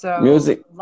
Music